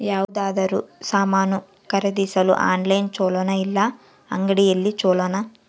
ಯಾವುದಾದರೂ ಸಾಮಾನು ಖರೇದಿಸಲು ಆನ್ಲೈನ್ ಛೊಲೊನಾ ಇಲ್ಲ ಅಂಗಡಿಯಲ್ಲಿ ಛೊಲೊನಾ?